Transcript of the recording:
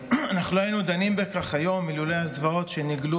אנחנו לא היינו דנים בכך היום אילולא הזוועות שנגלו